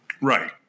Right